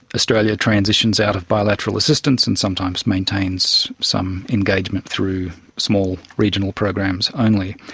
australia transitions out of bilateral assistance and sometimes maintains some engagement through small regional programs only.